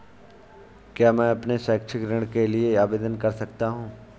क्या मैं अपने शैक्षिक ऋण के लिए आवेदन कर सकता हूँ?